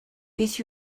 beth